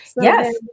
Yes